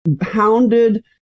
hounded